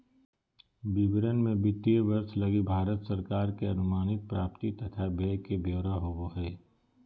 विवरण मे वित्तीय वर्ष लगी भारत सरकार के अनुमानित प्राप्ति तथा व्यय के ब्यौरा होवो हय